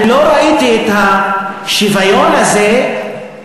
אני לא ראיתי את השוויון הזה המיועד,